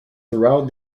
throughout